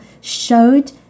showed